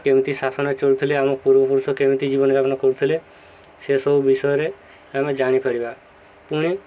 କେମିତି ଶାସନ ଚଳାଉଥିଲେ ଆମ ପୂର୍ବପୁରୁଷ କେମିତି ଜୀବନଯାପନ କରୁଥିଲେ ସେସବୁ ବିଷୟରେ ଆମେ ଜାଣିପାରିବା ପୁଣି